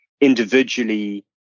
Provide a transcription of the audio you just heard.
individually